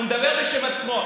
הוא מדבר בשם עצמו.